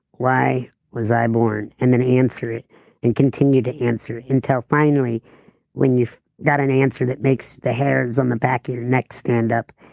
why was i born. and then answer it and continue to answer until finally when you've got an answer that makes the hairs on the back of your neck stand up,